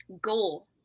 goal